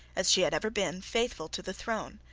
as she had ever been, faithful to the throne.